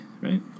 right